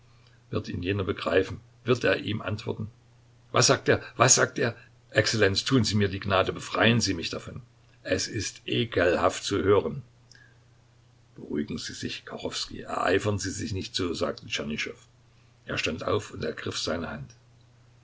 wird ihn jener begreifen wird er ihm antworten was sagt er was sagt er exzellenz tun sie mir die gnade und befreien sie mich davon es ist ekelhaft zu hören beruhigen sie sich kachowskij ereifern sie sich nicht so sagte tschernyschow er stand auf und ergriff seine hand